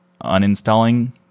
uninstalling